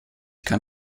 kann